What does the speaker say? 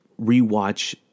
rewatch